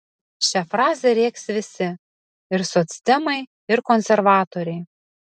šią frazę rėks visi ir socdemai ir konservatoriai